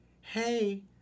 Hey